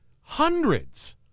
hundreds